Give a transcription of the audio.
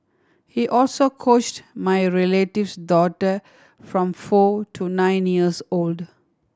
he also coached my relative's daughter from four to nine years old